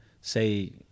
say